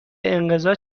انقضا